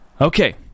Okay